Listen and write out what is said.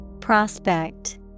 Prospect